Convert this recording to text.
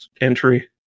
entry